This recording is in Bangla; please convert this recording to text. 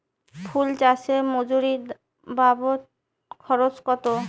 ফুল চাষে মজুরি বাবদ খরচ কত?